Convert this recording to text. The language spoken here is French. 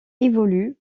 évolue